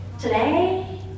today